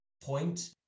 point